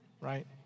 right